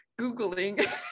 Googling